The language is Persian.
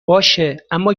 باشه، اما